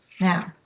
Now